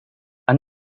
han